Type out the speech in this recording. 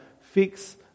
fix